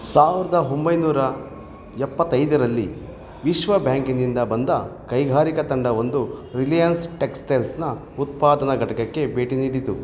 ಸಾವಿರದ ಒಂಬೈನೂರ ಎಪ್ಪತ್ತೈದರಲ್ಲಿ ವಿಶ್ವ ಬ್ಯಾಂಕಿನಿಂದ ಬಂದ ಕೈಗಾರಿಕಾ ತಂಡವೊಂದು ರಿಲಯನ್ಸ್ ಟೆಕ್ಸ್ಟೈಲ್ಸ್ನ ಉತ್ಪಾದನಾ ಘಟಕಕ್ಕೆ ಭೇಟಿ ನೀಡಿತು